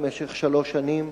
במשך שלוש שנים,